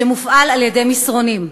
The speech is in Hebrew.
שמופעל על-ידי מסרונים.